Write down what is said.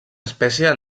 espècie